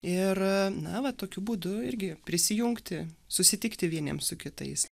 ir navą tokiu būdu irgi prisijungti susitikti vieniems su kitais